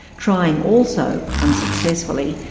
trying also, unsuccessfully,